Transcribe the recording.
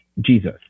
Jesus